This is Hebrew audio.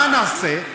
מה נעשה?